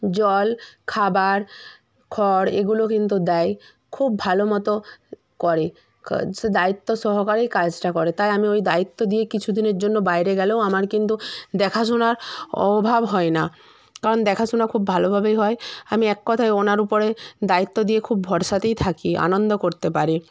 জল খাবার খড় এগুলো কিন্তু দেয় খুব ভালো মতো করে সে দায়িত্ব সহকারেই কাজটা করে তাই আমি ওই দায়িত্ব দিয়ে কিছু দিনের জন্য বাইরে গেলেও আমার কিন্তু দেখাশোনার অভাব হয় না কারণ দেখাশুনা খুব ভালোভাবেই হয় আমি এক কথায় ওনার উপরে দায়িত্ব দিয়ে খুব ভরসাতেই থাকি আনন্দ করতে পারি